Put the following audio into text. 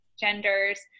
genders